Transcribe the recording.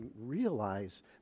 realize